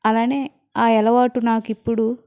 అలానే ఆ అలవాటు నాకు ఇప్పుడు